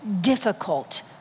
difficult